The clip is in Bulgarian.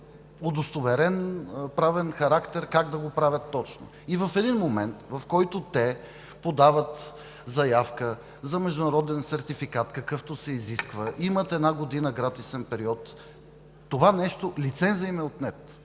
В един момент, в който те подават заявка за международен сертификат, какъвто се изисква, имат една година гратисен период, лицензът в този момент им е отнет.